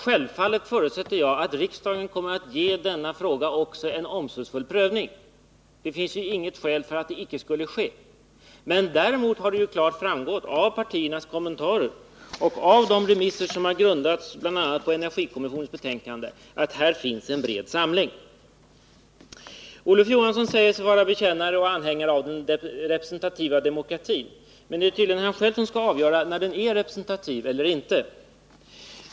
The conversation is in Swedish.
Självfallet förutsätter jag att riksdagen kommer att ge också denna fråga en omsorgsfull prövning. Det finns inget skäl för att det icke skulle ske. Men däremot har det klart framgått av partiernas kommentarer och av de remisser som har grundats på bl.a. energikommissionens betänkande att det här finns en bred samling. Olof Johansson säger sig vara bekännare till och anhängare av den representativa demokratin, men det är tydligen han själv som skall avgöra när den är representativ eller inte.